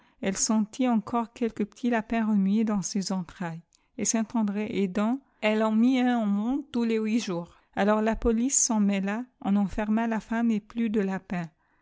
elle eatit emor quelque petit lapin remuer dans s itrailtesi et saint-andré aidint elle en mit un au monde tous les huit jours alors la police en mm en enferma ja femnie et plus de lapins